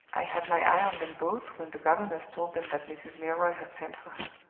i had my eye on them both when the governess told them that mrs. milroy had sent for her.